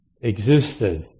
existed